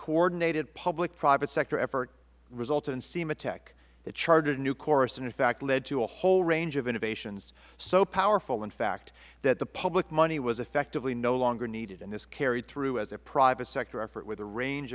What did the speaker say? coordinated public private sector effort resulted in sematech that charted a new course and in fact led to a whole range of innovations so powerful in fact that the public money was effectively no longer needed and this carried through at the private sector effort with a range